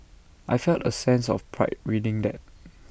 I felt A sense of pride reading that